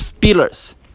pillars